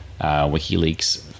wikileaks